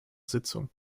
sitzung